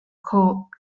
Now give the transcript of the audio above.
called